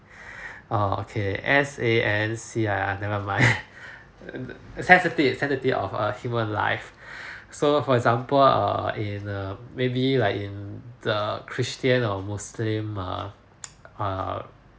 uh okay S A N C I ah never mind uh sanctity sanctity of err human life so for example err in the maybe like in the christian or muslim um err err